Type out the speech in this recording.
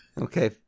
Okay